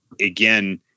Again